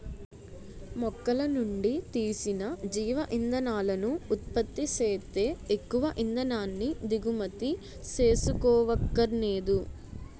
మొక్కలనుండి తీసిన జీవ ఇంధనాలను ఉత్పత్తి సేత్తే ఎక్కువ ఇంధనాన్ని దిగుమతి సేసుకోవక్కరనేదు